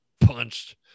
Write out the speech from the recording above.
punched